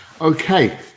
okay